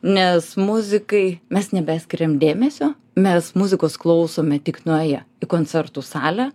nes muzikai mes nebeskiriam dėmesio mes muzikos klausome tik nuėję į koncertų salę